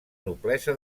noblesa